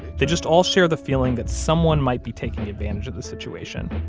they just all share the feeling that someone might be taking advantage of the situation,